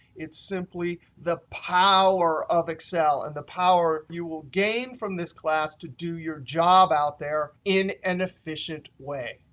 it's simply the power of excel and the power you will gain from this class to do your job out there in an efficient way.